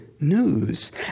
news